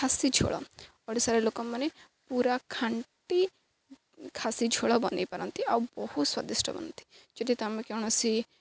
ଖାସି ଝୋଳ ଓଡ଼ିଶାର ଲୋକମାନେ ପୁରା ଖାଣ୍ଟି ଖାସି ଝୋଳ ବନାଇପାରନ୍ତି ଆଉ ବହୁ ସ୍ଵାଦିଷ୍ଟ ବନାନ୍ତି ଯଦି ତ ଆମେ କୌଣସି